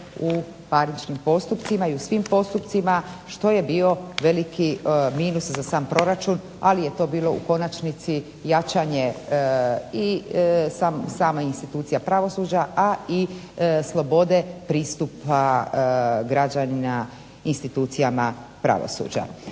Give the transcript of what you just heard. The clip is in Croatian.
u parničnim postupcima i u svim postupcima što je bio veliki minus za sam proračun ali je to bilo u konačnici i jačanje i same institucije pravosuđa a i slobode pristupa građanina institucijama pravosuđa.